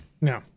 No